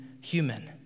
human